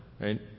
right